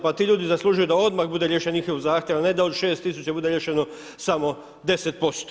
Pa ti ljudi zaslužuju da odmah bude riješen njihov zahtjev, a ne da od 6.000 bude riješeno samo 10%